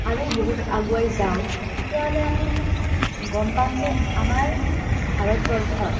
আৰু বহুত আগুৱাই যাওঁ তেতিয়াহ'লে আমি গম পাম যে আমাৰ ভাৰতবৰ্ষত